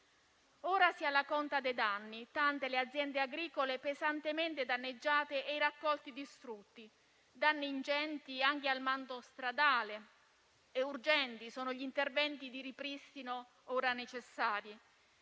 Ora si è alla conta dei danni. Tante sono le aziende agricole pesantemente danneggiate e i raccolti distrutti; danni ingenti anche al manto stradale. Urgenti sono gli interventi di ripristino ora necessari.